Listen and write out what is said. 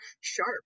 sharp